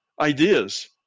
ideas